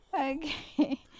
Okay